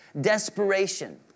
desperation